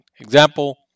Example